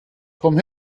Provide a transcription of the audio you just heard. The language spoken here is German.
komm